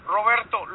Roberto